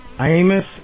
Amos